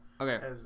Okay